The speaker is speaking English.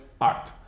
art